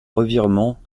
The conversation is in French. revirement